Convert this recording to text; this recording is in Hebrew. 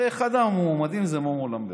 הרי אחד המועמדים זה מומו למברגר.